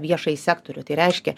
viešąjį sektorių tai reiškia